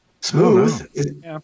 Smooth